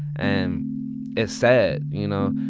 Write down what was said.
and it's sad, you know.